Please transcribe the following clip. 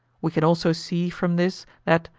we can also see from this that,